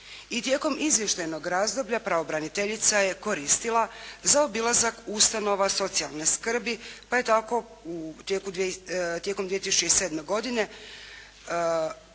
i tijekom izvještajnog razdoblja pravobraniteljica je koristila za obilazak ustanova socijalne skrbi pa je tako tijekom 2007. godine